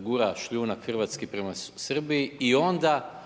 gura šljunak hrvatski prema Srbiji i onda